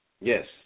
Yes